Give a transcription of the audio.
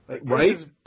Right